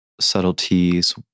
Subtleties